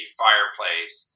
fireplace